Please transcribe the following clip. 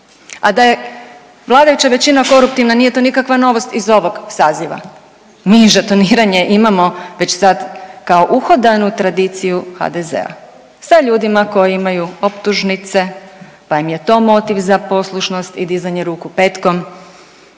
A da je vladajuća većina koruptivna nije to nikakva novost iz ovog saziva, mi žetoniranje imamo već sad kao uhodanu tradiciju HDZ-a sa ljudima koji imaju optužnice pa im je to motiv za poslušnost i dizanje ruku petkom,